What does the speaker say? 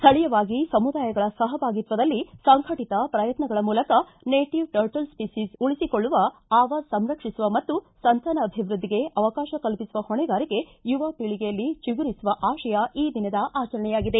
ಸ್ವಳೀಯವಾಗಿ ಸಮುದಾಯಗಳ ಸಹಭಾಗಿತ್ವದಲ್ಲಿ ಸಂಘಟಿತ ಪ್ರಯತ್ನಗಳ ಮೂಲಕ ನೇಟವ್ ಟರ್ಟಲ್ ಸ್ಪಿಸೀಸ್ ಉಳಿಸಿಕೊಳ್ಳುವ ಆವಾಸ ಸಂರಕ್ಷಿಸುವ ಮತ್ತು ಸಂತಾನಾಭಿವೃದ್ದಿಗೆ ಅವಕಾಶ ಕಲ್ಪಿಸುವ ಹೊಣೆಗಾರಿಕೆ ಯುವಪೀಳಿಗೆಯಲ್ಲಿ ಚಿಗುರಿಸುವ ಆಶಯ ಈ ದಿನದ ಆಚರಣೆಯಾಗಿದೆ